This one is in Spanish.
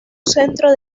centro